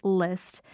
list